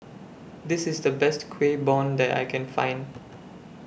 This IS The Best Kueh Bom that I Can Find